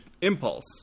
impulse